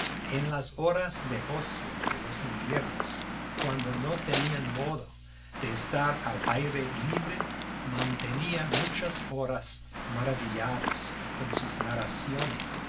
en las horas de ocio de los inviernos cuando no tenían modo de estar al aire libre mantenía muchas horas maravillados con sus narraciones